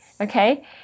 okay